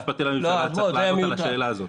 היועץ המשפטי לממשלה היה צריך לענות על השאלה הזאת.